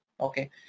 okay